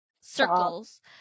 circles